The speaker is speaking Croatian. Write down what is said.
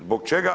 Zbog čega?